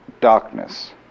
darkness